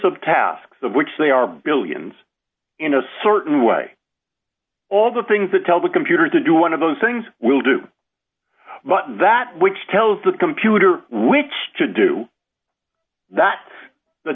of tasks of which they are billions in a certain way all of the things that tell the computer to do one of those things will do that which tells the computer which to do that the